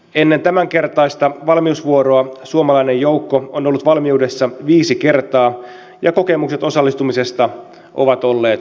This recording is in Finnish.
ennen tämänkertaista valmiusvuoroa suomalainen joukko on ollut valmiudessa viisi kertaa ja kokemukset osallistumisesta ovat olleet myönteisiä